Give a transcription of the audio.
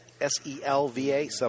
S-E-L-V-A